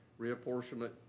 Reapportionment